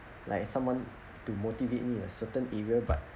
like someone to motivate me a certain area but